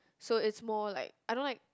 so it's more like I don't like